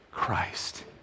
Christ